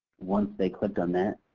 once they click on that,